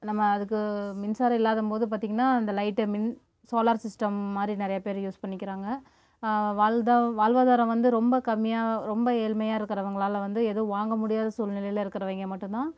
நம்ம அதுக்கு மின்சாரம் இல்லாதபோது பார்த்திங்கன்னா இந்த லைட்டு மின் சோலார் சிஸ்டம் மாதிரி நிறையா பேர் யூஸ் பண்ணிக்கிறாங்க வாழ்தா வாழ்வாதாரம் வந்து ரொம்ப கம்மியாக ரொம்ப ஏழ்மையாக இருக்கிறவங்களால வந்து எதுவும் வாங்க முடியாத சூழ்நிலையில் இருக்கறவங்க மட்டும் தான்